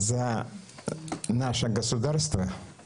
אבל